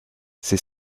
ces